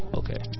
okay